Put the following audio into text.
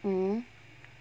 mmhmm